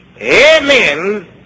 Amen